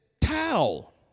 towel